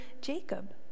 Jacob